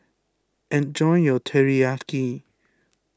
enjoy your Teriyaki